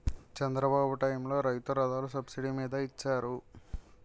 చంద్రబాబు టైములో రైతు రథాలు సబ్సిడీ మీద ఇచ్చారు